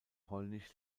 polnisch